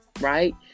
right